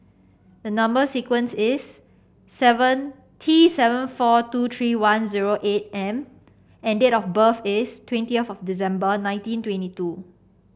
the number sequence is seven T seven four two three one zero eight M and date of birth is twenty of December nineteen twenty two